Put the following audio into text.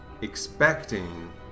expecting